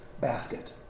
basket